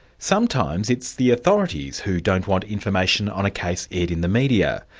sometimes it's the authorities who don't want information on a case aired in the media.